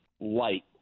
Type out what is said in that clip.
light